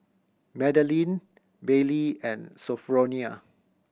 Madaline Baylie and Sophronia